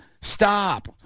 Stop